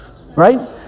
Right